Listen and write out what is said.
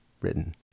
written